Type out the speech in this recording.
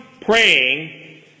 praying